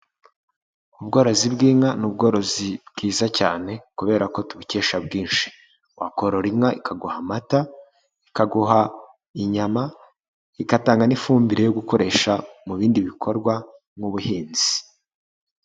Ubworozi bw'inka ni ubworozi bwiza cyane kubera ko tubukesha bwinshi, wakorora inka ikaguha amata, ikaguha inyama igatanga n'ifumbire yo gukoresha mu bindi bikorwa nk'ubuhinzi.